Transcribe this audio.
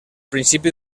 principi